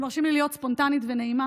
אתם מרשים לי להיות ספונטנית ונעימה?